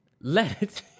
Let